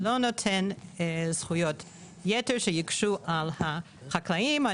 לא נותן זכויות יתר שיוגשו על החקלאים.